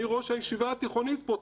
אני ראש הישיבה התיכונית פה,